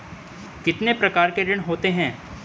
कितने प्रकार के ऋण होते हैं?